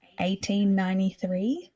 1893